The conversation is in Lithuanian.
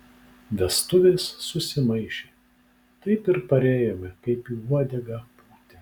vestuvės susimaišė taip ir parėjome kaip į uodegą pūtę